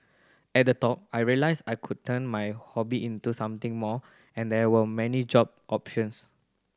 at the talk I realised I could turn my hobby into something more and there were many job options